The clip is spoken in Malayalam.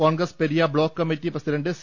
Congress Periya block committee president C